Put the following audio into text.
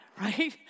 right